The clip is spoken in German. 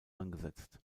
angesetzt